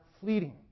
fleeting